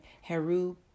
Heru